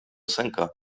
sęka